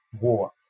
war